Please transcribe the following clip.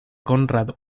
conrad